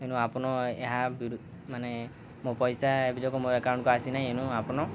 ଏନୁ ଆପଣ ଏହା ବି ମାନେ ମୋ ପଇସା ଏବେ ମୋ ଆକକାଉଣ୍ଟକୁ ଆସିନାହିଁ ଏନୁ ଆପଣ